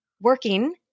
working